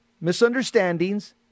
misunderstandings